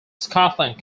scotland